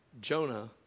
Jonah